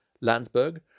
Landsberg